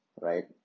Right